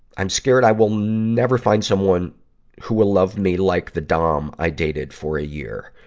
i'm scared i will never find someone who will love me like the dom i dated for a year.